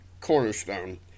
cornerstone